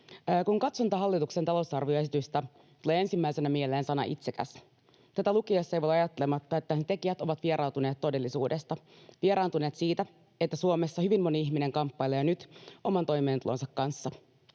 Kun katson tätä hallituksen talousarvioesitystä, tulee ensimmäisenä mieleen sana itsekäs. Tätä lukiessa ei voi olla ajattelematta, että tekijät ovat vieraantuneet todellisuudesta, vieraantuneet siitä, että Suomessa hyvin moni ihminen kamppailee jo nyt oman toimeentulonsa kanssa.